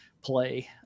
play